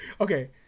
Okay